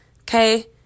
okay